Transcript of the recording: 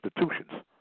institutions